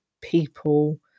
people